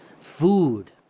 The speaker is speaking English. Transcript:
Food